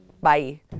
bye